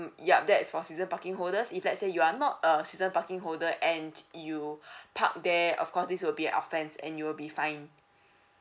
ya that's for season parking holders if let's say you are not a season parking holder and you park there of course this will be an offence and you'll be fine